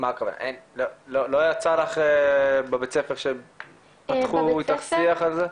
לא יצא לך בבית ספר שפתחו איתך שיחה על זה?